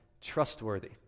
trustworthy